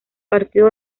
partido